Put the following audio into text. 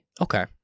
Okay